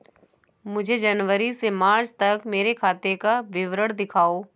मुझे जनवरी से मार्च तक मेरे खाते का विवरण दिखाओ?